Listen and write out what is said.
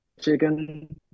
chicken